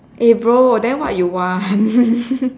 eh bro then what you want